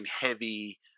heavy